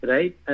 Right